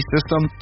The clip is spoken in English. System